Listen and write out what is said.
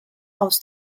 aus